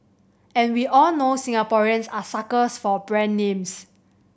and we all know Singaporeans are suckers for brand names